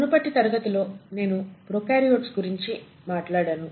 మునుపటి తరగతి లో నేను ప్రోకార్యోట్స్ గురించి మాట్లాడాను